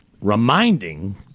reminding